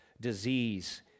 disease